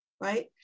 right